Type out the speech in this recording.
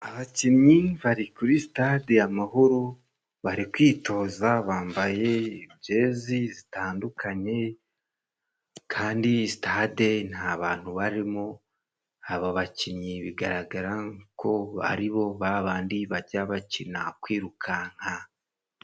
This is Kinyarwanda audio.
Abakinnyi bari kuri sitade Amahoro bari kwitoza bambaye jezi zitandukanye, kandi sitade nta bantu barimo, aba bakinnyi bigaragara ko ari bo babandi bajya bakina kwirukanka.